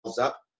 up